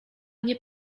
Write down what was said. nie